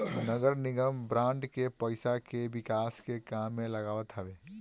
नगरनिगम बांड के पईसा के विकास के काम में लगावत हवे